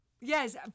Yes